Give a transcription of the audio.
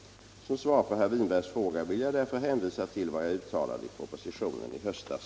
Som svar på herr Winbergs fråga vill jag därför hänvisa till vad jag uttalade i propositionen i höstas.